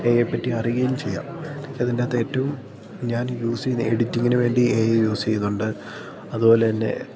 ഏ ഐയെപ്പറ്റി അറിയുകയും ചെയ്യാം അതിൻ്റെ അകത്ത് ഏറ്റവും ഞാൻ യൂസ് ചെയ്യുന്ന എഡിറ്റിങ്ങിന് വേണ്ടി എ ഐ യൂസ്സ് ചെയ്യുന്നുണ്ട് അതുപോലെത്തന്നെ